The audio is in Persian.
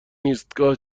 ایستگاه